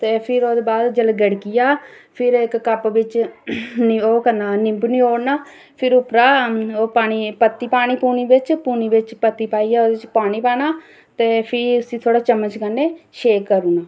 ते फिर ओह्दे बाद गड़की जा फिर इक्क कप बिच नींबू नचोड़ना फिर उप्परा ओह्दे बिच पत्ती पानी ओह्दे बिच पत्ती पानी पत्ती पाइयै ओह्दे बिच पानी पाना ते फ्ही उसी चम्मच कन्नै शेक करी ओड़ना